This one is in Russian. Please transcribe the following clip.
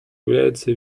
является